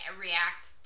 react